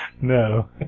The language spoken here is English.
No